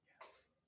Yes